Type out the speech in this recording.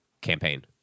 campaign